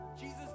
Jesus